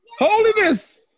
Holiness